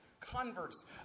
converts